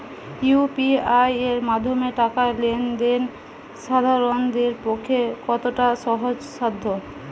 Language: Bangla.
ইউ.পি.আই এর মাধ্যমে টাকা লেন দেন সাধারনদের পক্ষে কতটা সহজসাধ্য?